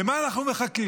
למה אנחנו מחכים?